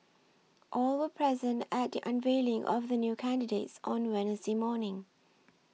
all were present at the unveiling of the new candidates on Wednesday morning